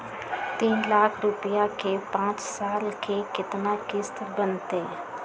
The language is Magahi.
तीन लाख रुपया के पाँच साल के केतना किस्त बनतै?